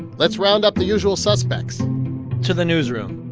let's round up the usual suspects to the newsroom